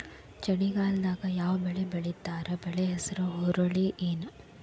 ಚಳಿಗಾಲದಾಗ್ ಯಾವ್ ಬೆಳಿ ಬೆಳಿತಾರ, ಬೆಳಿ ಹೆಸರು ಹುರುಳಿ ಏನ್?